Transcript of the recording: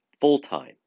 full-time